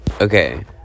Okay